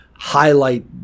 highlight